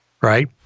Right